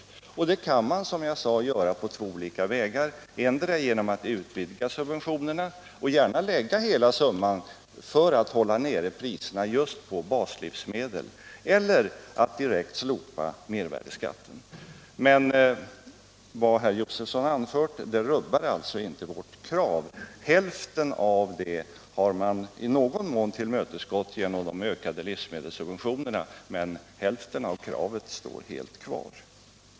Som jag sade kan man åstadkomma detta på två olika vägar, antingen genom att utvidga subventionerna och gärna lägga hela summan just på baslivsmedel för att hålla nere priserna på dessa eller genom att direkt slopa mervärdeskatten. Vad herr Josefson anfört rubbar alltså inte vårt krav. Hälften av det har man i någon mån tillmötesgått genom de ökade livsmedelssubventionerna, men hälften av kravet står helt kvar.